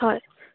হয়